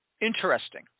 Interesting